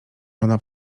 ona